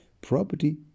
property